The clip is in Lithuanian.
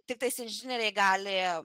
tiktais inžinieriai gali